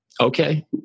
okay